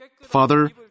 Father